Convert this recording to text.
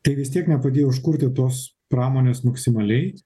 tai vis tiek nepadėjo užkurti tos pramonės maksimaliai